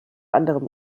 anderem